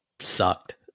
sucked